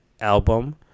album